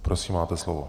Prosím máte slovo.